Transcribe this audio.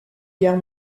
guerre